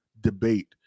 debate